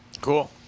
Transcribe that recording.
Cool